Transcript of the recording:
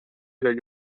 dagli